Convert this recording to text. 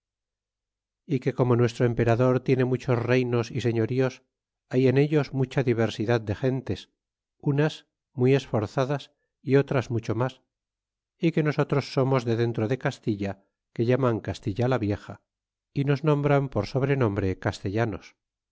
manera eque como nuestro emperador tiene muchos reynos e señoríos hay en ellos mucha diversidad de gentes unas muy esforzadas é otras mucho mas ts que nosotros somos de dentro de castilla que llaman castilla la vieja é nos nombran por sobrenombre castellanos